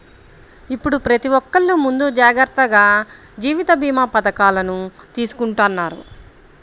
ఇప్పుడు ప్రతి ఒక్కల్లు ముందు జాగర్తగా జీవిత భీమా పథకాలను తీసుకుంటన్నారు